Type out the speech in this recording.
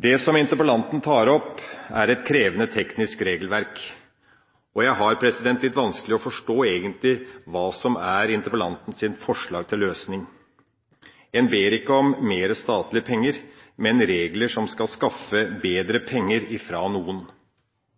Det som interpellanten tar opp, er et krevende teknisk regelverk, og jeg har litt vanskelig for å forstå hva som egentlig er interpellantens forslag til løsning. En ber ikke om mer statlige penger, men regler som bedre skal skaffe penger fra noen.